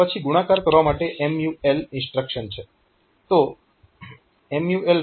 પછી ગુણાકાર કરવા માટે MUL ઇન્સ્ટ્રક્શન છે